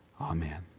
Amen